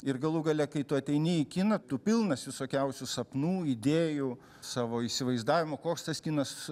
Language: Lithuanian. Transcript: ir galų gale kai tu ateini į kiną tu pilnas visokiausių sapnų idėjų savo įsivaizdavimo koks tas kinas